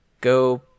go